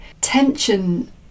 tension